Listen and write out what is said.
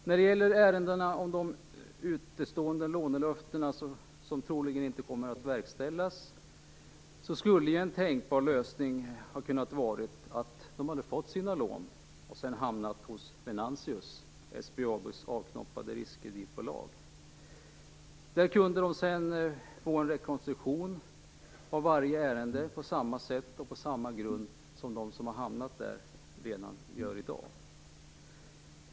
En tänkbar lösning i ärendena om utestående lånelöften som troligen inte kommer att infrias skulle ha kunnat vara att man där hade fått sina lån och att ärendena sedan hade hamnat hos Venantius, SBAB:s avknoppade riskkreditbolag. Där kunde man ha gjort en rekonstruktion av varje ärende på samma sätt och på samma grund som för dem som redan i dag hamnat där.